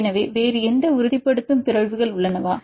எனவே வேறு எந்த உறுதிப்படுத்தும் பிறழ்வுகள் உள்ளனவா